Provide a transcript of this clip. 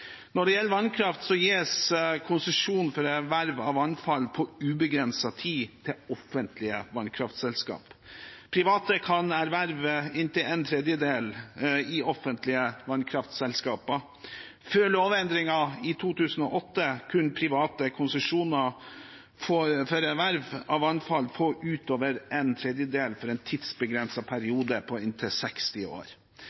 Når det gjelder vannkraft, gis det konsesjon for erverv av vannfall på ubegrenset tid til offentlige vannkraftselskap. Private kan erverve inntil én tredjedel i offentlige vannkraftselskaper. Før lovendringen i 2008 kunne private få konsesjon for erverv av vannfall utover én tredjedel for en